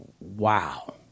wow